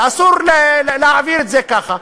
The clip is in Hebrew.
ואסור להעביר את זה כך.